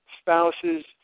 spouses